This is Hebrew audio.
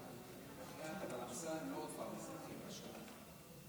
בחייאת, אמסלם, לא עוד פעם מזרחי ואשכנזי.